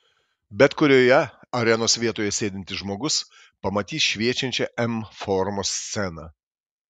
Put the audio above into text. bet kurioje arenos vietoje sėdintis žmogus pamatys šviečiančią m formos sceną